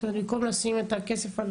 זאת אומרת במקום לשים את הכסף על